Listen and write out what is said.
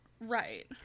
Right